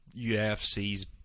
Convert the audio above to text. UFC's